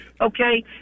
Okay